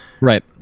Right